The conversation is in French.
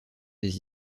des